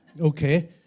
Okay